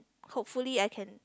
hopefully I can